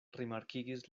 rimarkigis